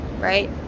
Right